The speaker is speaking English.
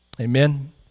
Amen